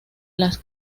las